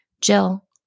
Jill